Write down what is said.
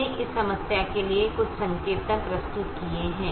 हमने इस समस्या के लिए कुछ संकेतन प्रस्तुत किए हैं